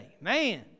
man